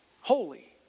holy